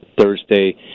Thursday